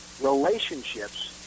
relationships